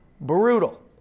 brutal